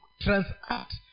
transact